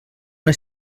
una